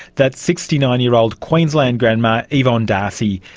that's sixty nine year old queensland grandma yvonne d'arcy,